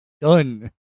Done